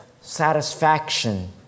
satisfaction